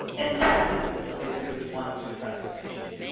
and that's in a facility that really wants to address this issue.